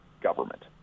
government